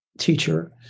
teacher